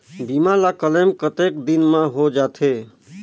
बीमा ला क्लेम कतेक दिन मां हों जाथे?